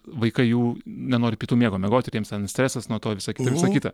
vaikai jų nenori pietų miego miegoti ir jiems ten stresas nuo to visa kita visa kita